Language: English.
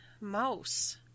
mouse